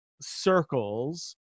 circles